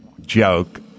joke